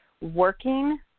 working